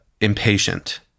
impatient